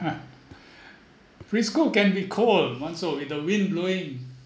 frisco can be cold monzu with the wind blowing